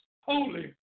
holy